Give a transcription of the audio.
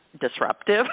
disruptive